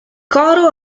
coro